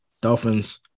Dolphins